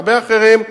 הרבה אחרים,